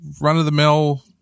run-of-the-mill